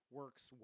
works